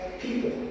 people